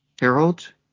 Harold